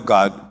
God